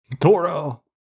Toro